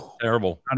Terrible